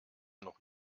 noch